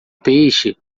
peixe